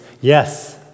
yes